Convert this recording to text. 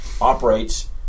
operates